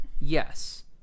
Yes